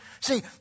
see